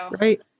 Right